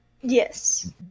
Yes